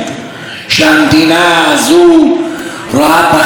כי אני יודע שהם אזרחים שווים אולי סוג ב'.